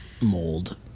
mold